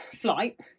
flight